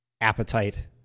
appetite